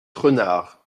renards